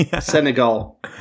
Senegal